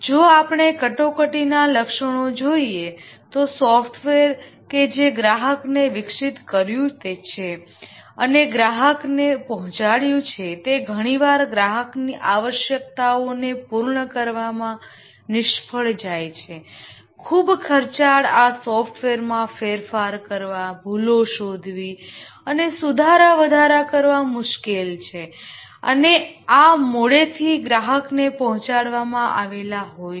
જો આપણે ક્રાયસીસનાં લક્ષણો જોઈએ તો સોફ્ટવેર કે જે વિકસિત કર્યું છે અને ગ્રાહકને પહોંચાડ્યું છે તે ઘણીવાર ગ્રાહકની આવશ્યકતાઓને પૂર્ણ કરવામાં નિષ્ફળ જાય છે ખૂબ ખર્ચાળ આ સોફ્ટવેરમાં ફેરફાર કરવા ભુલો શોધવી અને સુધારા વધારા કરવા મુશ્કેલ છે અને આ મોડેથી ગ્રાહકને પહોંચાડવામાં આવેલા હોય છે